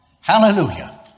hallelujah